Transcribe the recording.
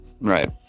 Right